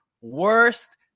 worst